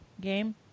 game